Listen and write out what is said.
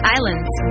Islands